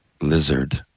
lizard